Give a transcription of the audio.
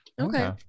okay